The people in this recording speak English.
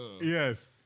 Yes